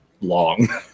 Long